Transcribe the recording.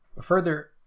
further